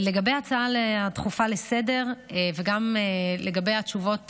לגבי ההצעה הדחופה לסדר-היום וגם לגבי התשובות